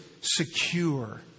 secure